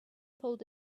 pulled